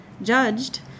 judged